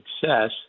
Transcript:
success